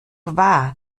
wahr